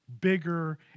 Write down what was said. bigger